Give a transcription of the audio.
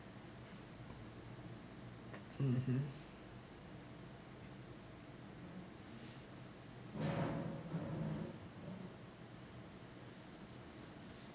mmhmm